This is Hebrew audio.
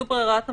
זו ברירת המחדל.